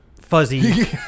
fuzzy